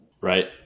Right